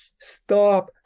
stop